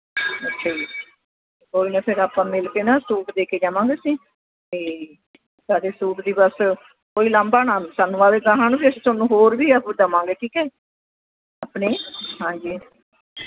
ਅੱਛਾ ਜੀ ਕੋਈ ਨਹੀਂ ਫਿਰ ਆਪਾਂ ਮਿਲ ਕੇ ਨਾ ਸੂਟ ਦੇ ਕੇ ਜਾਵਾਂਗੇ ਅਤੇ ਸਾਡੇ ਸੂਟ ਦੀ ਬਸ ਕੋਈ ਲਾਂਭਾ ਨਾ ਸਾਨੂੰ ਆਵੇ ਗਾਹਾਂ ਨੂੰ ਫਿਰ ਤੁਹਾਨੂੰ ਹੋਰ ਵੀ ਦੇਵਾਂਗੇ ਠੀਕ ਹੈ ਆਪਣੇ ਹਾਂਜੀ